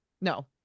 no